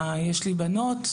יש לי בנות,